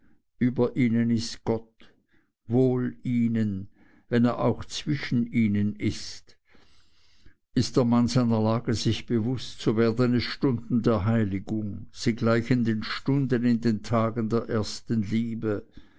über ihnen ist gott wohl ihnen wenn er auch zwischen ihnen ist ist der mann seiner lage sich bewußt so werden es stunden der heiligung sie gleichen den stunden in den tagen der ersten liebe